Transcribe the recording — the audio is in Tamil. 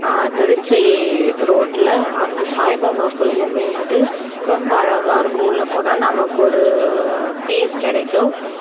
திருச்சி ரோட்டில் அந்த சாய்பாபா கோயிலுமே வந்துட்டு ரொம்ப அழகாக இருக்கும் உள்ள போனால் நமக்கு ஒரு பீஸ் கிடைக்கும்